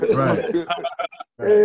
right